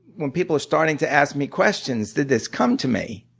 when people are starting to ask me questions, did this come to me.